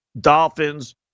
dolphins